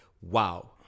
wow